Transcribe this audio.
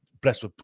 blessed